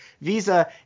Visa